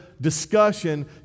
discussion